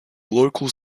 local